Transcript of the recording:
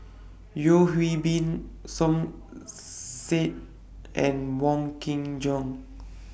Yeo Hwee Bin Som Said and Wong Kin Jong